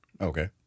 Okay